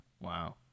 Wow